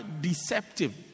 deceptive